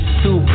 two